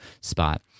spot